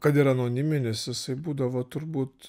kad ir anoniminis jisai būdavo turbūt